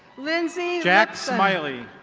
lyndsay jack smiley.